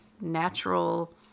natural